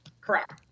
Correct